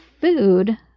food